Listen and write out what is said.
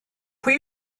pwy